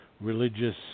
religious